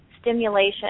stimulation